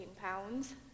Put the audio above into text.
pounds